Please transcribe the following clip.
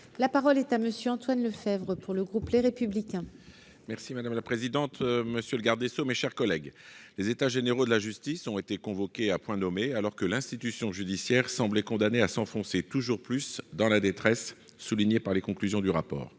La parole est à monsieur Antoine Lefèvre pour le groupe Les Républicains. Merci madame la présidente, monsieur le garde des sceaux, mes chers collègues, les états généraux de la justice ont été convoqué à point nommé alors que l'institution judiciaire semblait condamnée à s'enfoncer toujours plus dans la détresse, soulignée par les conclusions du rapport,